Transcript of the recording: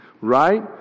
right